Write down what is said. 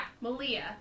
Malia